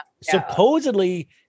supposedly